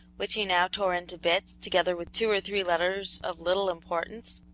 which he now tore into bits, together with two or three letters of little importance.